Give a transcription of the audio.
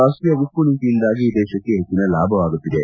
ರಾಷ್ಟೀಯ ಉಕ್ಕು ನೀತಿಯಿಂದಾಗಿ ದೇಶಕ್ಕೆ ಹೆಚ್ಚನ ಲಾಭವಾಗುತ್ತಿದೆ